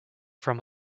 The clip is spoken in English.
from